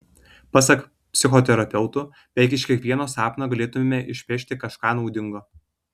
pasak psichoterapeutų beveik iš kiekvieno sapno galėtumėme išpešti kažką naudingo